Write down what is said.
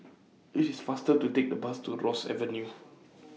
IS IT faster to Take The Bus to Ross Avenue